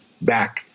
back